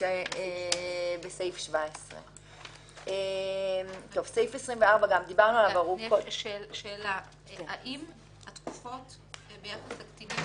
שבסעיף 17. האם התקופות ביחס לקטינים